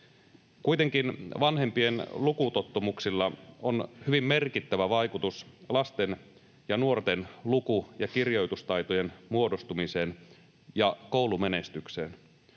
Kuitenkin vanhempien lukutottumuksilla on hyvin merkittävä vaikutus lasten ja nuorten luku- ja kirjoitustaitojen muodostumiseen ja koulumenestykseen.